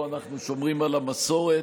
פה אנחנו שומרים על המסורת,